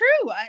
true